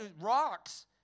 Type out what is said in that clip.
rocks